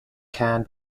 can